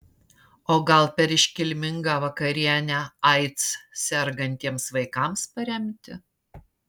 o gal per iškilmingą vakarienę aids sergantiems vaikams paremti